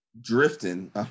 drifting